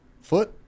Foot